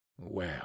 Well